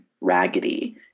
raggedy